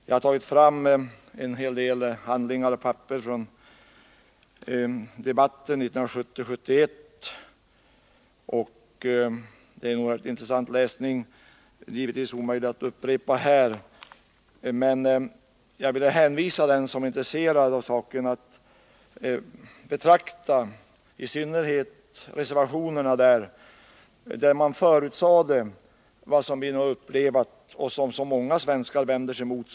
Jag har tagit fram en hel del handlingar från debatterna 1970 och 1971, och det är en ganska intressant läsning, givetvis omöjlig att här återge. Men jag hänvisar den som är intresserad av saken att i synnerhet betrakta reservationerna till konstitutionsutskottets utlåtande 1970:39. Där förutsågs vad vi nu har upplevt och som så många svenskar vänder sig emot.